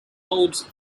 holds